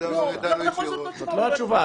זאת לא התשובה.